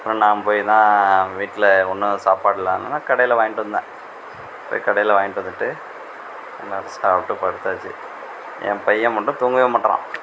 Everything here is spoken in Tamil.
அப்புறம் நான் போய்தான் வீட்டில் ஒன்றும் சாப்பாடு இல்லாததுனால் கடையில் வாங்கிகிட்டு வந்த போய் கடையில் வாங்கிகிட்டு வந்துட்டு சாப்பிட்டு படுத்தாச்சு என் பையன் மட்டும் தூங்கவே மாட்டுறான்